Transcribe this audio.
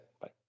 Bye